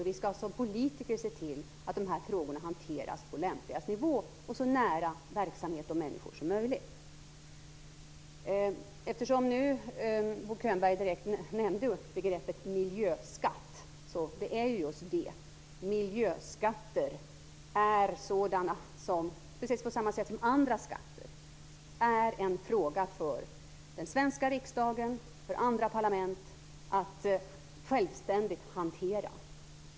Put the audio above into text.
Som politiker skall vi se till att dessa frågor hanteras på lämpligaste nivå och så nära verksamhet och människor som möjligt. Bo Könberg nämnde begreppet miljöskatt. Miljöskatter är, precis som andra skatter, en fråga för den svenska riksdagen och för andra parlament att självständigt hantera.